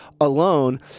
alone